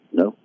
no